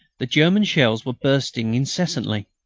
the german shells were bursting incessantly.